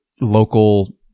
local